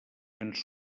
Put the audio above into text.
ens